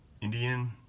Indian